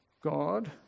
God